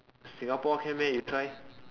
Singapore can meh you try